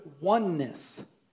oneness